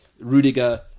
Rudiger